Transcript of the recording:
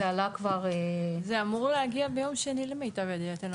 זה עלה כבר --- זה אמור להגיע ביום שני למיטב ידיעתנו,